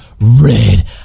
red